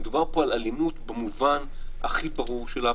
מדובר פה על אלימות במובן הכי ברור שלה,